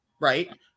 Right